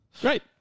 Great